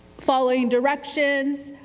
following directions,